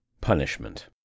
Punishment